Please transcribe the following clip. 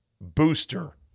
booster